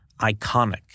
iconic